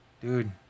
dude